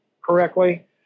correctly